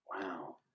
Wow